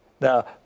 Now